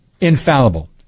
infallible